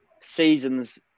seasons